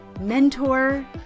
mentor